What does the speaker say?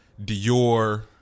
Dior